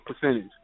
percentage